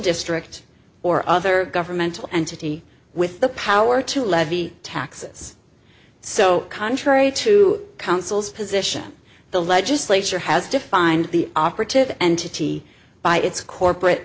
district or other governmental entity with the power to levy taxes so contrary to council's position the legislature has defined the operative entity by its corporate